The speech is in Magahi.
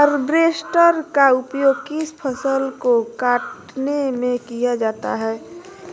हार्बेस्टर का उपयोग किस फसल को कटने में किया जाता है?